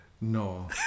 No